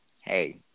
Hey